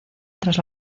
tras